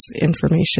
information